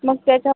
मग त्याच्या